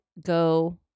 go